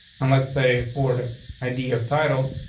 and let's say for the idea of title,